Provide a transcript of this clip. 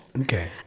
Okay